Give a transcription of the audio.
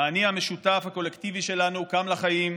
האני המשותף הקולקטיבי שלנו קם לחיים,